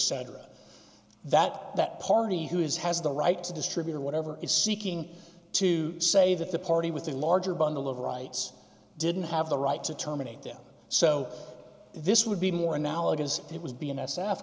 cetera that that party who is has the right to distribute or whatever is seeking to say that the party with the larger bundle of rights didn't have the right to terminate them so this would be more analogous it was be in s